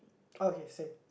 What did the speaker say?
okay same